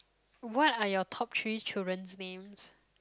what are your top three children's names